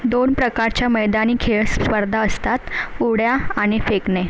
दोन प्रकारच्या मैदानी खेळ स्पर्धा असतात उड्या आणि फेकणे